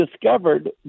discovered